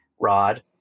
rod